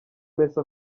messi